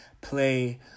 play